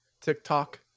TikTok